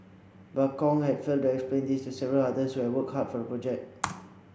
but Kong had failed to explain this to several others who had worked hard for project